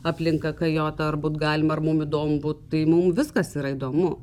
aplink kakajotą ar būt galima ar mum įdomu būt tai mum viskas yra įdomu